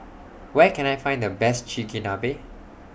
Where Can I Find The Best Chigenabe